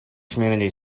community